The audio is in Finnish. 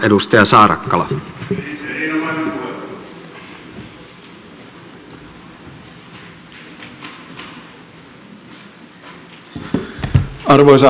arvoisa herra puhemies